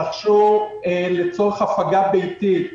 רכשו לצורך הפגה ביתית טבלטים,